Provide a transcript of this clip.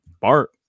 Bart